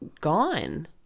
gone